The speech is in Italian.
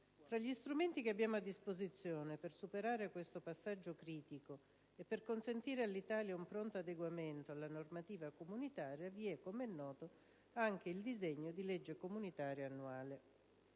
Tra gli strumenti che abbiamo a disposizione per superare questo passaggio critico e per consentire all'Italia un pronto adeguamento alla normativa comunitaria, vi è, come noto, anche il disegno di legge comunitaria annuale.